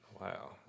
Wow